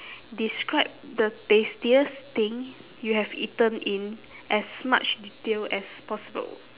describe the tastiest thing you have eaten in as much detail as possible